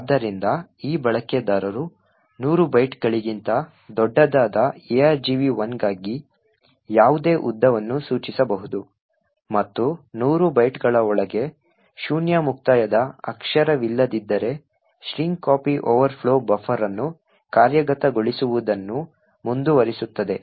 ಆದ್ದರಿಂದ ಈ ಬಳಕೆದಾರರು 100 ಬೈಟ್ಗಳಿಗಿಂತ ದೊಡ್ಡದಾದ argv1 ಗಾಗಿ ಯಾವುದೇ ಉದ್ದವನ್ನು ಸೂಚಿಸಬಹುದು ಮತ್ತು 100 ಬೈಟ್ಗಳ ಒಳಗೆ ಶೂನ್ಯ ಮುಕ್ತಾಯದ ಅಕ್ಷರವಿಲ್ಲದಿದ್ದರೆ strcpy ಓವರ್ಫ್ಲೋ ಬಫರ್ ಅನ್ನು ಕಾರ್ಯಗತಗೊಳಿಸುವುದನ್ನು ಮುಂದುವರಿಸುತ್ತದೆ